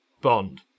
Bond